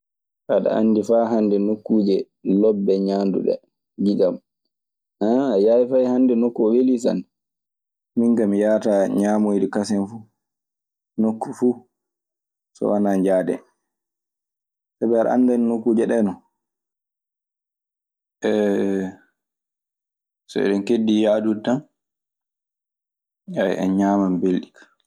"Aɗe anndi faa hannde, nokkuuje lobbe ñaanduɗe, giƴa. a yiyaayi fay hannde nokku oo welii sanne." so eɗen keddi yaadude tan, aya en ñaman belɗi ka.